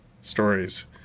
stories